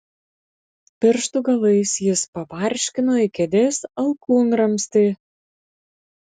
pirštų galais jis pabarškino į kėdės alkūnramstį